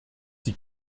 sie